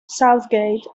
southgate